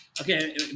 okay